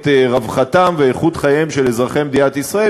רווחתם ואיכות חייהם של אזרחי מדינת ישראל,